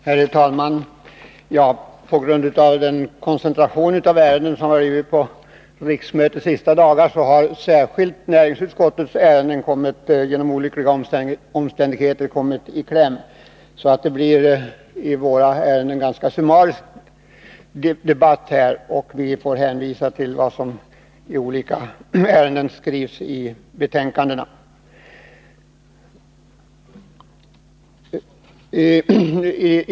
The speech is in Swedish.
Herr talman! På grund av koncentrationen av ärenden till riksmötets sista dagar har, till följd av olyckliga omständigheter, särskilt näringsutskottets ärenden kommit i kläm. I våra ärenden blir det en ganska summarisk debatt, och vi får hänvisa till vad som skrivits i de olika betänkandena.